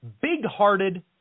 big-hearted